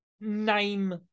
name